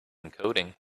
encoding